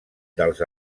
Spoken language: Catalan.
dels